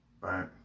Right